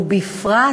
ובפרט,